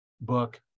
book